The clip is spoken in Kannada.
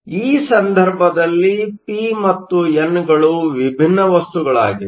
ಆದ್ದರಿಂದ ಈ ಸಂದರ್ಭದಲ್ಲಿ ಪಿ ಮತ್ತು ಎನ್ಗಳು ವಿಭಿನ್ನ ವಸ್ತುಗಳಾಗಿವೆ